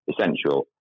essential